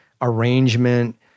arrangement